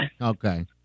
Okay